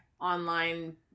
online